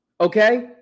okay